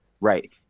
Right